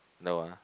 no ah